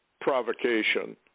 provocation